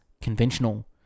conventional